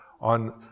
on